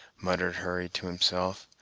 muttered hurry to himself,